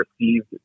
received